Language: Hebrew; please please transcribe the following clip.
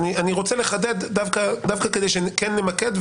אני רוצה לחדד דווקא כדי שכן נמקד,